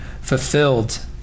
fulfilled